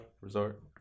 resort